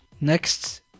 Next